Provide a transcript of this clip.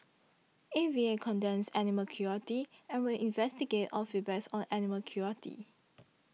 A V A condemns animal cruelty and will investigate all feedbacks on animal cruelty